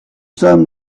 sommes